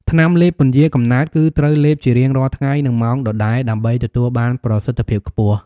ថ្នាំលេបពន្យារកំណើត គឺត្រូវលេបជារៀងរាល់ថ្ងៃនៅម៉ោងដដែលដើម្បីទទួលបានប្រសិទ្ធភាពខ្ពស់។